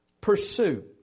Pursue